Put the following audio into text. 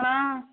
ହଁ